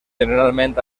generalment